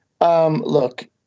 Look